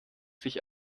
sich